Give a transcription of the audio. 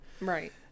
Right